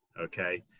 Okay